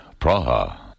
Praha